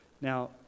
Now